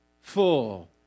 full